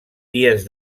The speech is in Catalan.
dies